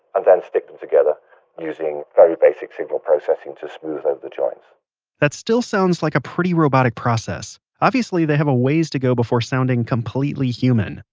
and then stick them together using very basic signal processing to smooth out the joints that still sounds like ah pretty robotic process. obviously they have a ways to go before sounding completely human.